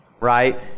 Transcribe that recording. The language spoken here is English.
right